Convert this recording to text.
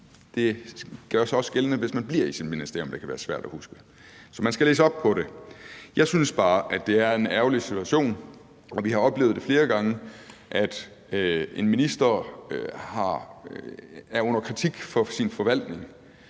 det gør sig også gældende, hvis man bliver i sit ministerium, at det kan være svært at huske. Så man skal læse op på det. Jeg synes bare, det er en ærgerlig situation, og vi har oplevet flere gange, at en minister er under kritik for sin forvaltning